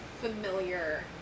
familiar